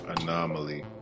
Anomaly